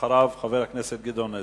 אחריו, חבר הכנסת גדעון עזרא.